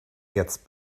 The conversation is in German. jetzt